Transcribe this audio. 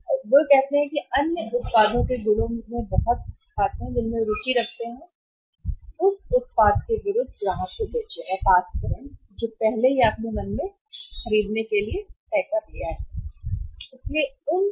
और कहते हैं कि अन्य उत्पादों के गुणों में बहुत खाते हैं जिनमें वे रुचि रखते हैं उस उत्पाद के विरुद्ध ग्राहक को बेचें या पास करें जो आपने पहले ही अपने मन में तय कर लिया है खरीदना